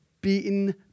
Beaten